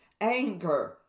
anger